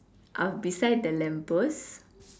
uh beside the lamp post